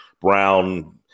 Brown